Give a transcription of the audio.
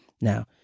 Now